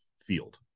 field